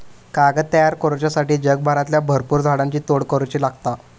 कागद तयार करुच्यासाठी जगभरातल्या भरपुर झाडांची तोड करुची लागता